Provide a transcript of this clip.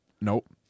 Nope